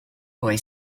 boy